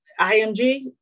IMG